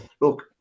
look